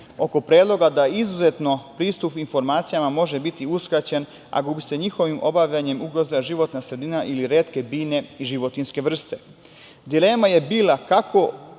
oko predloga da izuzetno pristup informacijama može biti uskraćen ako se njihovim obavljanjem ugroze životna sredina ili retke biljne i životinjske vrste. Dilema je bila kako